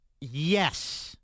Yes